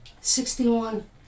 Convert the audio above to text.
sixty-one